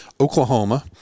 Oklahoma